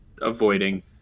avoiding